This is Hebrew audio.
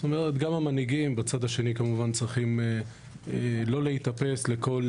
גם המנהיגים בצד השני כמובן צריכים לא להיתפס לכל